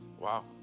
Wow